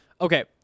Okay